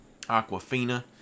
Aquafina